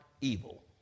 evil